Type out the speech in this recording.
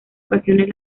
ocasiones